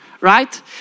right